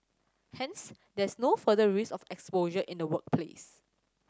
hence there is no further risk of exposure in the workplace